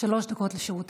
שלוש דקות לרשותך.